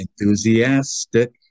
enthusiastic